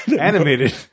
animated